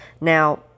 Now